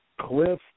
Cliff